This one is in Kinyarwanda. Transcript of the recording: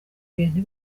bintu